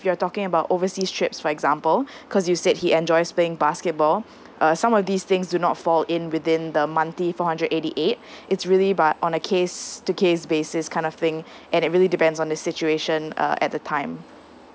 you're talking about overseas trips for example cause you said he enjoys playing basketball uh some of these things do not fall in within the monthly four hundred eighty eight it's really but on a case to case basis kind of thing and it really depends on the situation uh at the time